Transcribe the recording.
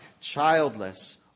childless